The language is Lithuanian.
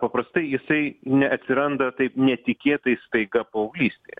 paprastai jisai neatsiranda taip netikėtai staiga paauglystėje